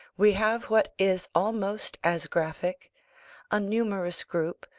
we have what is almost as graphic a numerous group,